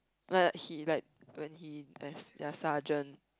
like he like when he their their sergeant